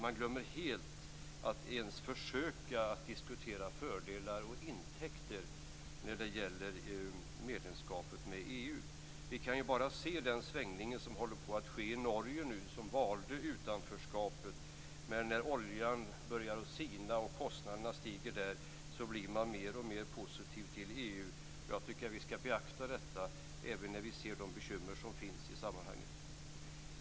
Man glömmer helt att ens försöka diskutera fördelar och intäkter när det gäller medlemskapet i EU. Vi kan ju bara se den svängning som håller på att ske nu i Norge, som valde utanförskapet. Men när oljan börjar sina och kostnaderna stiger där blir man mer och mer positiv till EU. Jag tycker att vi skall beakta detta, även när vi ser de bekymmer som finns i sammanhanget.